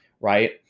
right